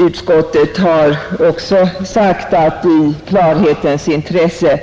Utskottet har också sagt att man i klarhetens intresse